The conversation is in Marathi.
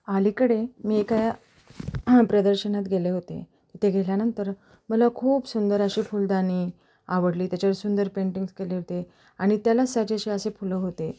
अलीकडे मी एका हा प्रदर्शनात गेले होते तिथे गेल्यानंतर मला खूप सुंदर अशी फुलदाणी आवडली त्याच्यावर सुंदर पेंटिंग्स केले होते आणि त्यालाच साजेसे असे फुलं होते